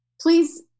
please